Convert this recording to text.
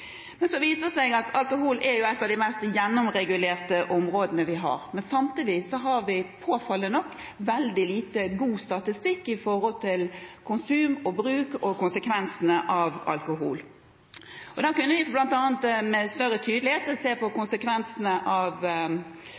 viser seg at alkoholpolitikken er et av de mest gjennomregulerte områdene vi har. Men samtidig har vi påfallende nok veldig lite god statistikk om konsum og konsekvensene av alkoholbruk. Da kunne vi med større tydelighet sett konsekvensene av